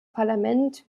parlament